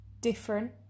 different